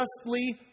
justly